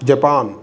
Japan